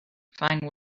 find